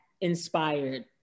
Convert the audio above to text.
inspired